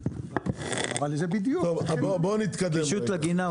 בואו נתקדם.